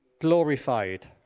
glorified